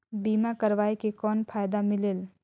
बीमा करवाय के कौन फाइदा मिलेल?